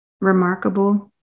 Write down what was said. remarkable